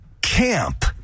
camp